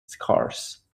scarce